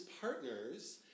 partners